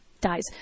dies